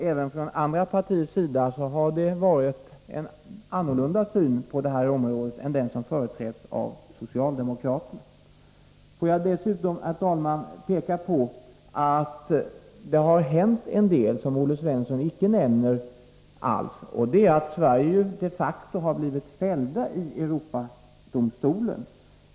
Även från andra partiers sida har man haft en annan syn på dessa frågor än den som företräds av socialdemokraterna. Jag vill dessutom, herr talman, peka på det som också har hänt — och som Olle Svensson icke nämner — nämligen att Sverige de facto har blivit fällt i Europadomstolen.